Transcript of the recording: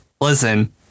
listen